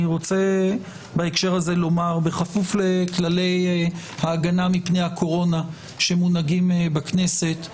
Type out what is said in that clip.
בכפוף לכללי ההגנה מפני הקורונה שמונהגים בכנסת,